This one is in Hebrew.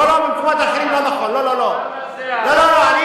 לא, לא, כולם, לא, לא, לא נכון, לא, לא, לא.